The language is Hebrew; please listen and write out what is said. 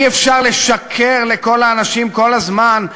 אי-אפשר לשקר לכל האנשים כל הזמן,